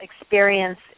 experience